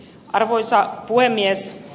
arvoisa puhemies